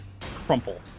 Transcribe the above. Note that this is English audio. crumple